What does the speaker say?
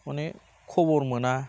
माने खबर मोना